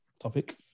topic